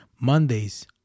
Mondays